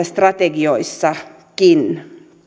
strategioissakin